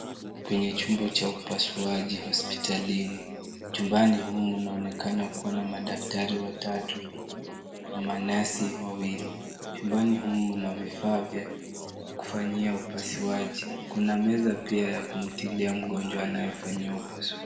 Kwenye chumba cha upasuaji hospitalini. Chumbani humu mnaonekana kuwa na madaktari watatu na manesi wawili. Chumbani humu mna vifaa vya kufanyia upasuaji. Kuna meza pia ya kumtilia mgonjwa anayefanyiwa upasuaji.